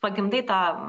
pagimdai tą